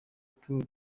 tour